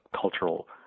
cultural